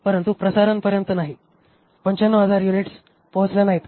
परंतु प्रसारण पर्यंत नाही 95000 युनिट्स पोहोचल्या नाहीत